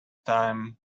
time